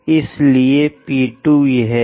इसलिए यह P 2 है